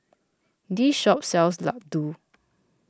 this shop sells Laddu